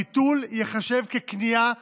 הביטול ייחשב כניעה